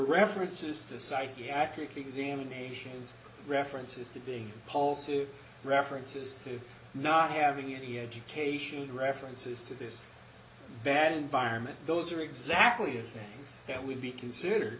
references to psychiatric examinations references to being polls to references to not having any education and references to this bad environment those are exactly the same things that would be considered